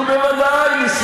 נתת צ'אנס, נו, בוודאי, ניסינו.